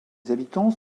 habitants